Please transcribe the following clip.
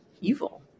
evil